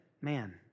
man